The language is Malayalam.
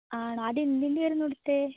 ആണോ അതെന്തിൻ്റെ ആയിരുന്നു എടുത്തത്